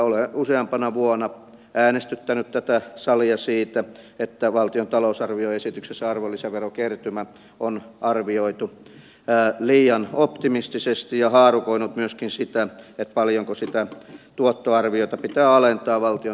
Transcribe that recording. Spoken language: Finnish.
olen useampana vuonna äänestyttänyt tätä salia siitä että valtion talousarvioesityksessä arvonlisäverokertymä on arvioitu liian optimistisesti ja haarukoinut myöskin sitä paljonko sitä tuottoarviota pitää alentaa valtion talousarvioesityksessä